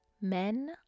Men